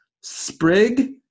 Sprig